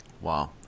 Wow